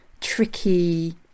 tricky